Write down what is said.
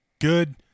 good